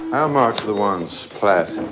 how much for the ones, platt